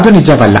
ಅದು ನಿಜವಲ್ಲ